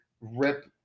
rip